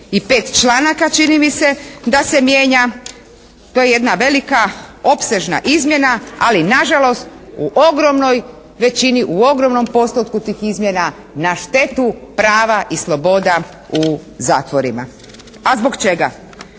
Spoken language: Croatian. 55 članaka čini mi se da se mijenja, to je jedna velika opsežna izmjena, ali na žalost u ogromnoj većini, u ogromnom postotku tih izmjena na štetu prava i sloboda u zatvorima. A zbog čega?